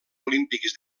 olímpics